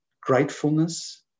gratefulness